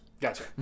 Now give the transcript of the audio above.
gotcha